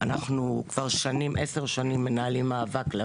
אני עומד בראש הצוות של המחקר המשפטי במרכז המידע והמחקר של